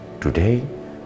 today